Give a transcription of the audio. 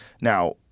now